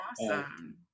awesome